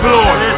Lord